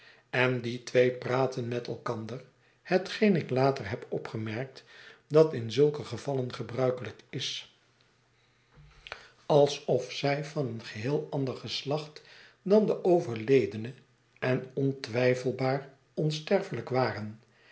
en die twee praatten met elkander hetgeen ik later heb opgemerkt dat in zulke gevallen gebruikelijk is alsof zij van een geheel ander geslacht dan de overledene en ontwijfelbaar onsterfelijk waren